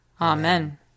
Amen